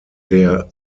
der